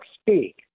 speak